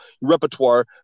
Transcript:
repertoire